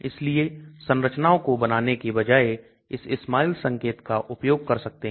इसलिए संरचनाओं को बनाने के बजाय इस SMILES संकेत का उपयोग कर सकते हैं